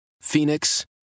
Phoenix